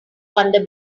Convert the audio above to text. under